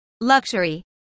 luxury